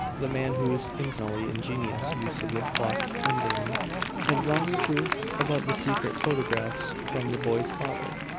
the man whose infernally ingenious use of the clock's pendulum had wrung the truth about the secret photographs from the boy's father.